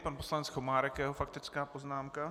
Pan poslanec Komárek a jeho faktická poznámka.